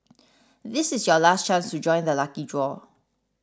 this is your last chance to join the lucky draw